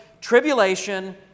tribulation